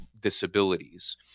disabilities